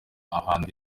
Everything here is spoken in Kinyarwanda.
ahantu